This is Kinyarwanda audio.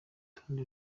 urutonde